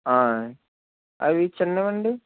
ఆయ్ అవి చిన్నవి అండి